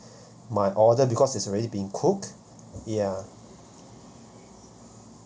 my order because it's already been cooked ya